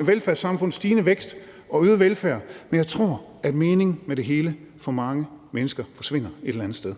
velfærdssamfundet stigende vækst og øget velfærd, men jeg tror, at meningen med det hele for mange mennesker forsvinder et eller andet sted.